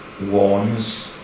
warns